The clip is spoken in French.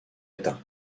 états